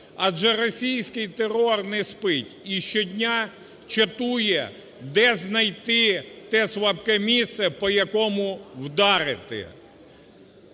адже російський терор не спить і щодня чатує, де знайти те слабке місце, по якому вдарити.